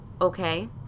okay